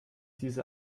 diese